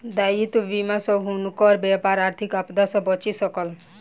दायित्व बीमा सॅ हुनकर व्यापार आर्थिक आपदा सॅ बचि सकल